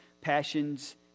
passions